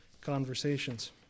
conversations